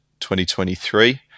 2023